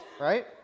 Right